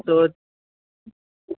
so